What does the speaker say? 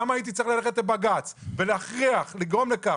למה הייתי צריך ללכת לבג"ץ ולגרום לכך